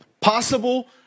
possible